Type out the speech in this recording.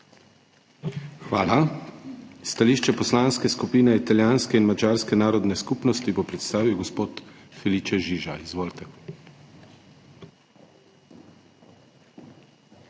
Hvala. Stališče Poslanske skupine italijanske in madžarske narodne skupnosti bo predstavil gospod Felice Žiža. Izvolite.